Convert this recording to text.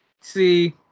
See